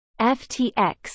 FTX